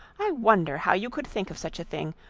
i wonder how you could think of such a thing?